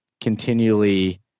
continually